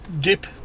dip